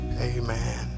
amen